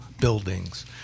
buildings